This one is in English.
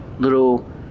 little